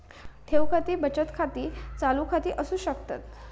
ठेव खाती बचत खाती, चालू खाती असू शकतत